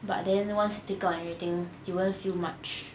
but then once take out and everything you won't feel much